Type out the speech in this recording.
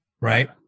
right